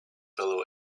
fellow